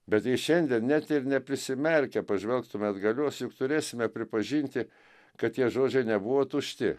bet jei šiandien net ir neprisimerkę pažvelgtume atgalios juk turėsime pripažinti kad tie žodžiai nebuvo tušti